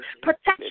protection